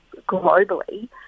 globally